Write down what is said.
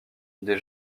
des